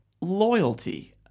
loyalty